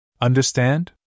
Understand